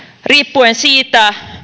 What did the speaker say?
riippuen siitä